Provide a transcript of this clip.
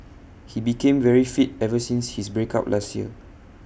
he became very fit ever since his break up last year